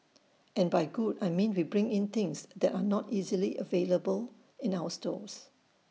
and by good I mean we bring in things that are not easily available in other stores